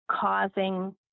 causing